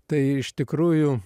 tai iš tikrųjų